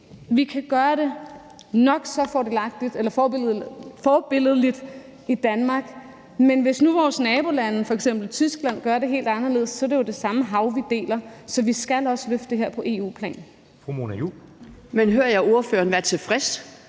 vi kan gøre det nok så forbilledligt i Danmark, men vores nabolande, f.eks. Tyskland, kan gøre det helt anderledes, og det er jo det samme hav, vi deler. Så vi skal også løfte det her på EU-plan. Kl. 16:03 Anden næstformand